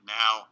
now